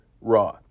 Raw